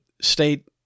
state